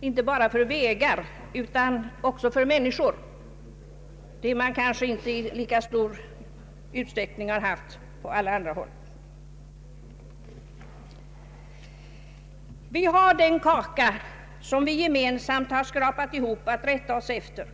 inte bara för vägar utan också för människor, vilket man kanske inte i lika stor utsträckning har haft på alla andra håll. Vi har den kaka som vi gemensamt har skrapat ihop att rätta oss efter.